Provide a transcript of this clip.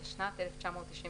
התשנ"ט-1999,